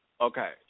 okay